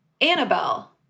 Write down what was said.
Annabelle